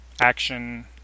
action